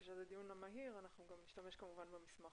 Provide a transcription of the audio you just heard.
בהקשר לדיון המהיר, אנחנו גם נשתמש במסמך